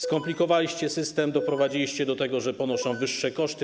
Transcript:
Skomplikowaliście system, doprowadziliście do tego, że oni ponoszą wyższe koszty.